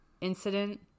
incident